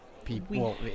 People